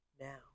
now